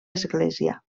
església